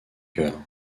cœur